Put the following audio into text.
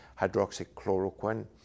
hydroxychloroquine